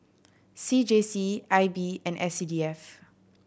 C J C I B and S C D F